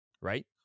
right